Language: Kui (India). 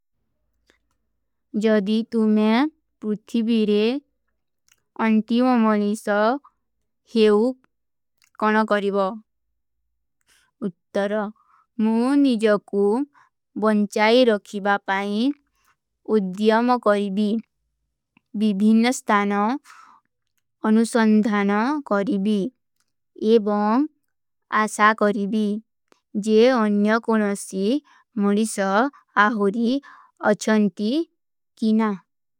ଜଦୀ ତୁମ୍ହେଂ ପୁର୍ଥୀ ଭୀରେ ଅନ୍ତୀ ମମଲୀଶା ହେଊ କାନା କରିବା। ଉତ୍ତର, ମୁଝେ ନିଜକୁ ବନଚାଈ ରଖିବା ପାଈ ଉଧ୍ଯାମ କରିବୀ, ବିଭୀନ ସ୍ଥାନ ଅନୁସଂଧାନ କରିବୀ, ଏବଂ ଆଶା କରିବୀ, ଜେ ଅନ୍ଯ କୋନସୀ ମୁରିଶା ଆହୁରୀ ଅଚ୍ଛନ୍ତୀ କିନା।